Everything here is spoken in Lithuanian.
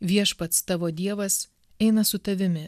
viešpats tavo dievas eina su tavimi